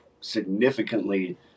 significantly